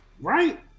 Right